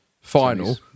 final